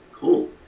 Cool